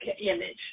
image